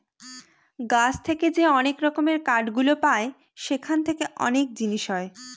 গাছ থেকে যে অনেক রকমের কাঠ গুলো পায় সেখান থেকে অনেক জিনিস হয়